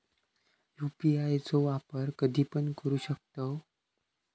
UPI चो वापर कधीपण करू शकतव?